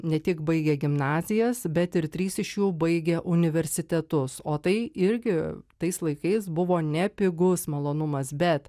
ne tik baigė gimnazijas bet ir trys iš jų baigė universitetus o tai irgi tais laikais buvo nepigus malonumas bet